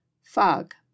Fog